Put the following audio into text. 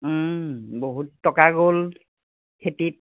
বহুত টকা গ'ল খেতিত